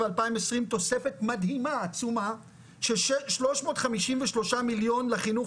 2020 תוספת מדהימה עצומה של 353 מיליון לחינוך